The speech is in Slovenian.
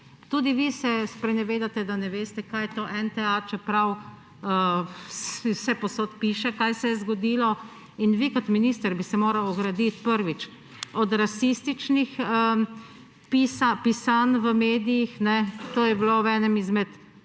Tudi vi se sprenevedate, da ne veste, kaj je to NTA, čeprav vsepovsod piše, kaj se je zgodilo. Vi kot minister bi se morali ograditi, prvič, od rasističnih pisanj v medijih. To je bilo v enem od